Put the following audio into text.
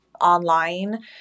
online